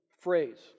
phrase